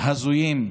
לקיצונים הזויים,